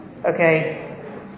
Okay